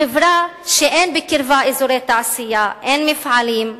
חברה שאין בה אזורי תעשייה, אין מפעלים,